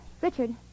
Richard